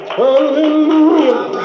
hallelujah